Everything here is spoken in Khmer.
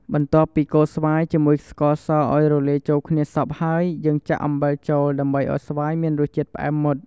បន្ទាប់ពីកូរស្វាយជាមួយស្ករសឱ្យរលាយចូលគ្នាសព្វហើយ យើងចាក់អំបិលចូលដើម្បីឱ្យស្វាយមានរសជាតិផ្អែមមុត។